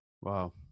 Wow